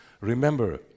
Remember